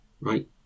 right